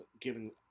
giving